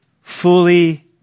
fully